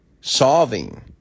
solving